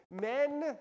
Men